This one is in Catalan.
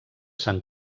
sant